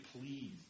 please